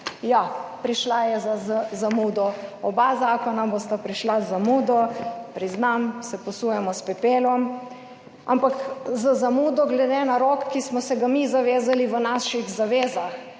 Ja, prišla je za zamudo. Oba zakona bosta prišla z zamudo, priznam, se posujemo s pepelom, ampak z zamudo glede na rok, ki smo se ga mi zavezali v naših zavezah,